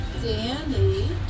Danny